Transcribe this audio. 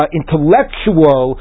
intellectual